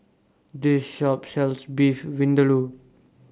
This Shop sells Beef Vindaloo